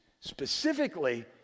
Specifically